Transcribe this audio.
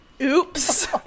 Oops